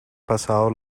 pasado